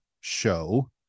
show